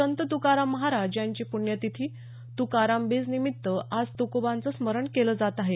संत तुकाराम महाराज यांची प्ण्यतिथी तुकाराम बीजनिमित्त आज तुकोबांचं स्मरण केलं जात आहे